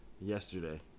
yesterday